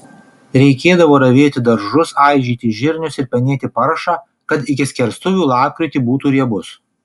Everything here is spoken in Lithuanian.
reikėdavo ravėti daržus aižyti žirnius ir penėti paršą kad iki skerstuvių lapkritį būtų riebus